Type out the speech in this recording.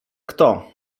kto